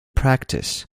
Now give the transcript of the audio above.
practice